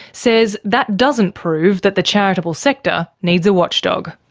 says that doesn't prove that the charitable sector needs a watchdog.